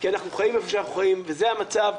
כי אנחנו חיים איפה שאנחנו חיים וזה המצב,